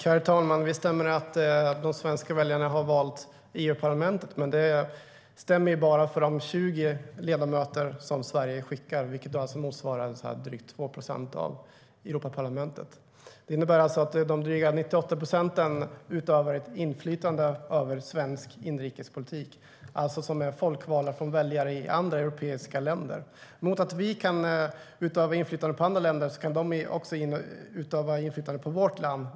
Herr talman! Visst stämmer det att de svenska väljarna har valt EU-parlamentet. Men det stämmer bara för de 20 ledamöter som Sverige skickar, vilket motsvarar drygt 2 procent av Europaparlamentet. Det innebär alltså att övriga drygt 98 procent utövar ett inflytande över svensk inrikespolitik. De är folkvalda av väljare i andra europeiska länder. Mot att vi kan utöva inflytande på andra länder kan de utöva inflytande på vårt land.